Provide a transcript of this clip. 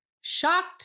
shocked